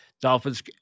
Dolphins